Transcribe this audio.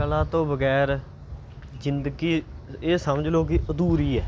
ਕਲਾ ਤੋਂ ਬਗੈਰ ਜ਼ਿੰਦਗੀ ਇਹ ਸਮਝ ਲਓ ਕਿ ਅਧੂਰੀ ਹੈ